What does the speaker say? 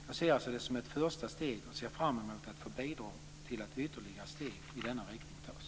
Jag ser det alltså som ett första steg och ser fram emot att få bidra till att ytterligare steg i denna riktning tas.